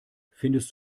findest